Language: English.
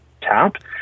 tap